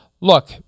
look